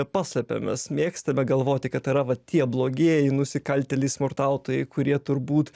paslepia mes mėgstame galvoti kad yra vat tie blogieji nusikaltėliai smurtautojai kurie turbūt